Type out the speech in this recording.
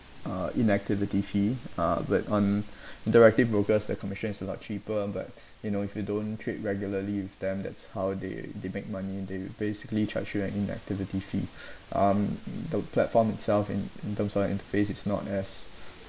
uh inactivity fee uh but on interactive brokers the commission is a lot cheaper but you know if you don't trade regularly with them that's how they they make money they would basically charge you an inactivity fee um the platform itself in in terms of interface it's not as uh good